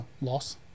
loss